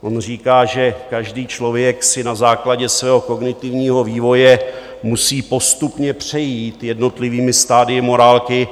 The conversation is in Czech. On říká, že každý člověk si na základě svého kognitivního vývoje musí postupně přejít jednotlivými stadii morálky.